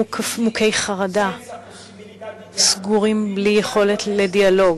מוכי חרדה, סגורים, בלי יכולת לדיאלוג,